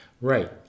Right